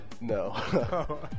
No